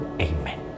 Amen